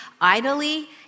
idly